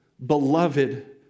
Beloved